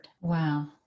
wow